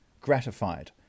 gratified